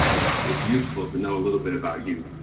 ah it's it's useful to know a little bit about you.